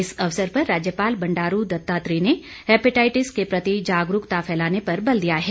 इस अवसर पर राज्यपाल बंडारू दत्तात्रेय ने हेपेटाइटिस के प्रति जागरूकता फैलाने पर बल दिया है